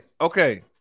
okay